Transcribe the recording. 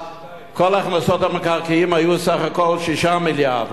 כל הכנסות המקרקעין היו בסך הכול 6 מיליארד,